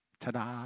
ta-da